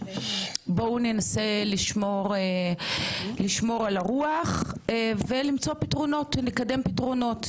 בואו ננסה לשמור על הרוח ולמצוא פתרונות ולקדם פתרונות.